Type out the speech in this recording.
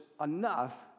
enough